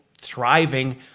thriving